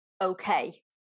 okay